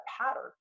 pattern